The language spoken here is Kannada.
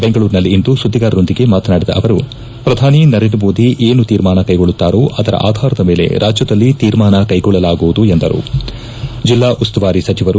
ಬೆಂಗಳೂರಿನಲ್ಲಿಂದು ಸುದ್ದಿಗಾರರೊಂದಿಗೆ ಮಾತನಾಡಿದ ಅವರು ಪ್ರಧಾನಿ ನರೇಂದ್ರ ಮೋದಿ ಏನು ತೀರ್ಮಾನ ಕೈಗೊಳ್ಳುತ್ತಾರೋ ಅದರ ಆಧಾರದ ಮೇಲೆ ರಾಜ್ಯದಲ್ಲಿ ತೀರ್ಮಾನ ಕೈಗೊಳ್ಳಲಾಗುವುದು ಎಂದರು